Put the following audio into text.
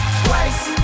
twice